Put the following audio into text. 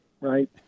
right